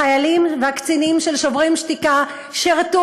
החיילים והקצינים של "שוברים שתיקה" שירתו